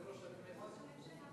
יושב-ראש הכנסת.